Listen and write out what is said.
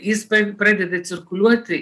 jis pradeda cirkuliuoti